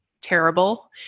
terrible